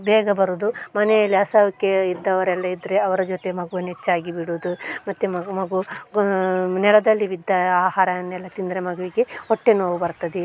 ಬೇಗ ಬರುವುದು ಮನೆಯಲ್ಲಿ ಅಸೌಖ್ಯ ಇದ್ದವರೆಲ್ಲ ಇದ್ದರೆ ಅವರ ಜೊತೆ ಮಗುವನ್ನು ಹೆಚ್ಚಾಗಿ ಬಿಡುವುದು ಮತ್ತು ಮಗು ನೆಲದಲ್ಲಿ ಬಿದ್ದ ಆಹಾರನ್ನೆಲ್ಲ ತಿಂದರೆ ಮಗುವಿಗೆ ಹೊಟ್ಟೆ ನೋವು ಬರ್ತದೆ